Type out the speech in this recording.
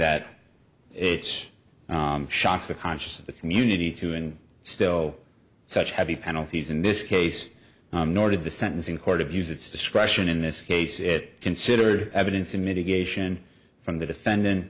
that its shocks the conscience of the community to and still such heavy penalties in this case nor did the sentencing court abuse its discretion in this case it considered evidence in mitigation from the defendant